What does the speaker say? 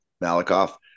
Malakoff